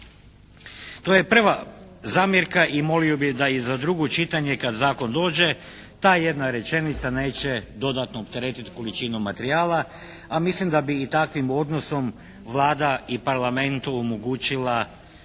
To je prva zamjerka i molio bih da i za drugo čitanje kad zakon dođe ta jedna rečenica neće dodatno opteretiti količinu materijala, a mislim da bi i takvim odnosom Vlada i Parlamentu omogućila uvide